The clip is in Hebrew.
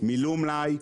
מילאו מלאי,